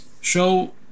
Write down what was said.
Show